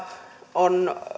on